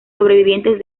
sobrevivientes